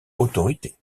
autorité